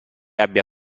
abbia